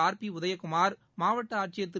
R B Udhayakumar மாவட்ட ஆட்சியர் திரு